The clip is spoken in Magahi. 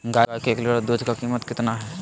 गाय के एक लीटर दूध का कीमत कितना है?